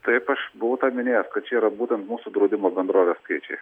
taip aš buvau tą minėjęs kad čia yra būtent mūsų draudimo bendrovės skaičiai